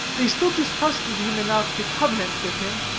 they still distrusted him enough to covenant with him,